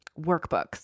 workbooks